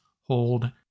hold